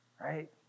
Right